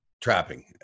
trapping